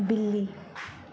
ਬਿੱਲੀ